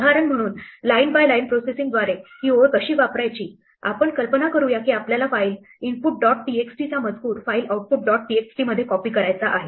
उदाहरण म्हणून line by line प्रोसेसिंगद्वारे ही ओळ कशी वापरायची आपण कल्पना करूया की आपल्याला फाइल input dot txt चा मजकूर फाईल output dot txt मध्ये कॉपी करायचा आहे